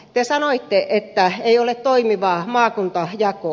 te sanoitte että ei ole toimivaa maakuntajakoa